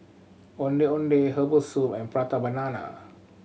Ondeh Ondeh herbal soup and Prata Banana